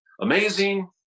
Amazing